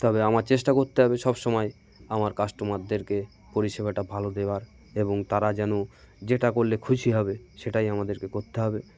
তবে আমার চেষ্টা করতে হবে সব সময় আমার কাস্টমারদেরকে পরিষেবাটা ভালো দেওয়ার এবং তারা যেন যেটা করলে খুশি হবে সেটাই আমাদেরকে করতে হবে